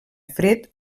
fred